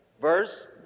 verse